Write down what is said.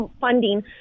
funding